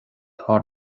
thar